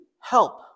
help